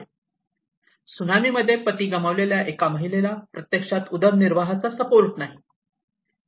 त्सुनामीमध्ये पती गमावलेल्या एका महिलेला प्रत्यक्षात उदरनिर्वाहाचा सपोर्ट नाही